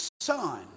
son